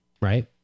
right